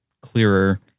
clearer